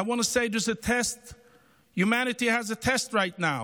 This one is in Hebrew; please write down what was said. I want to say that humanity has a test right now.